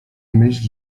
myśl